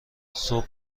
صبح